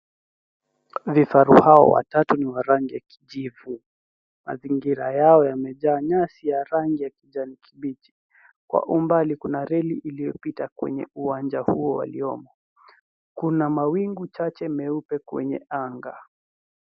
Vifaru hawa watatu ni wa rangi ya kijivu. Mazingira yao yamejaa nyasi ya rangi ya kijani kibichi. Kwa umbali kuna reli iliyopita kwenye uwanja huo waliomo. Kuna mawingu chache meupe kwenye anga.